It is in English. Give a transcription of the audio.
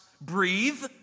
breathe